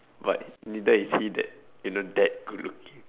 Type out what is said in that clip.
but then is he that you know that good looking